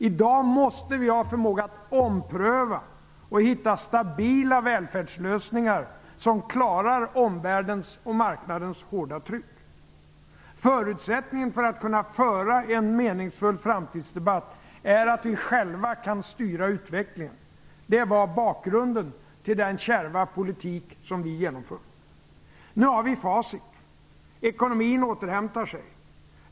I dag måste vi ha förmåga att ompröva och hitta stabila välfärdslösningar som klarar omvärldens och marknadens hårda tryck. Förutsättningen för att kunna föra en meningsfull framtidsdebatt är att vi själva kan styra utvecklingen. Det är bakgrunden till den kärva politik som vi genomfört. Nu har vi facit. Ekonomin återhämtar sig.